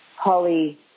Holly